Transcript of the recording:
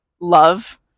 love